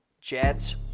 Jets